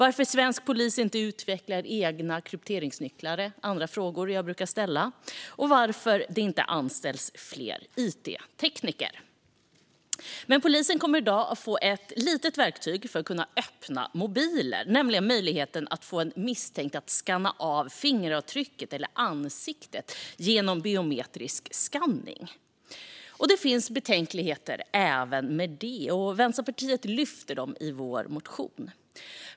Andra frågor som jag brukar ställa är varför svensk polis inte utvecklar egna krypteringsnycklar och varför det inte anställs fler it-tekniker. Men polisen kommer i dag att få ett litet verktyg för att kunna öppna mobiler, nämligen möjligheten att få en misstänkt att skanna av fingeravtrycket eller ansiktet genom biometrisk skanning. Det finns betänkligheter även med det, och Vänsterpartiet lyfter fram dem i sin motion.